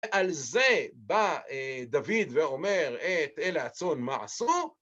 על זה בא דוד ואומר את "אלא הצאן, מה עשו?"